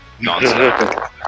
Nonsense